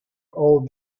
all